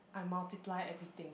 I multiply everything